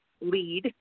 lead